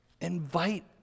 invite